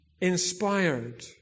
inspired